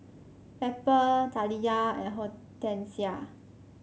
Pepper Taliyah and Hortensia